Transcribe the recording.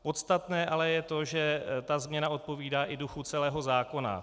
Podstatné ale je to, že ta změna odpovídá i duchu celého zákona.